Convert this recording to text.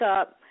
up